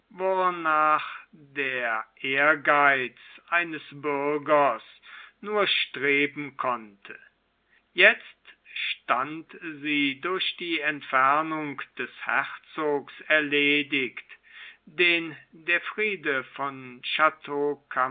wornach der ehrgeiz eines bürgers nur streben konnte jetzt stand sie durch die entfernung des herzogs erledigt den der friede von